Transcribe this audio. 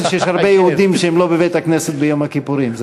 שיש הרבה יהודים שהם לא בבית-הכנסת ביום הכיפורים.